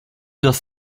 das